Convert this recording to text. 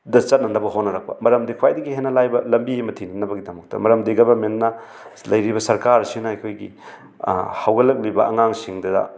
ꯗ ꯆꯠꯅꯅꯕ ꯍꯣꯠꯅꯔꯛꯄ ꯃꯔꯝꯗꯤ ꯈ꯭ꯋꯥꯏꯗꯒꯤ ꯍꯦꯟꯅ ꯂꯥꯏꯕ ꯂꯝꯕꯤ ꯑꯃ ꯊꯤꯅꯅꯕꯒꯤꯗꯃꯛꯇ ꯃꯔꯝꯗꯤ ꯒꯕꯔꯃꯦꯟꯅ ꯂꯩꯔꯤꯕ ꯁꯔꯀꯥꯔ ꯑꯁꯤꯅ ꯑꯩꯈꯣꯏꯒꯤ ꯍꯧꯒꯠꯂꯛꯂꯤꯕ ꯑꯉꯥꯡꯁꯤꯡꯗꯨꯗ